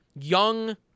young